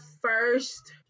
first